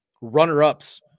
runner-ups